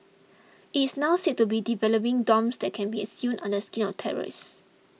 he is now said to be developing bombs that can be a sewn under the skin of terrorists